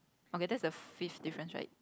okay that's the fifth difference right